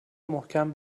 محکم